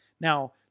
Now